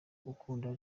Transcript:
gukunda